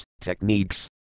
techniques